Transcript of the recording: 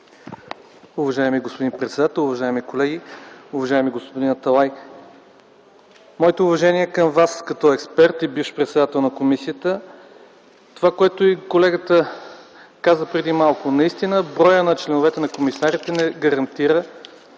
Уважаеми господин председател, уважаеми колеги! Уважаеми господин Аталай, моите уважения към Вас като експерт и бивш председател на комисията. Това, което и колегата каза преди малко – наистина броя на членовете на комисарите не гарантира